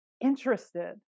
interested